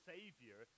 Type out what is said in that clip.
Savior